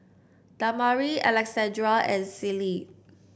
Damari Alexandria and Celie